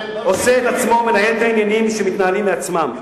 "" עושה את עצמו מנהל את העניינים שמתנהלים מעצמם.